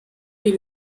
est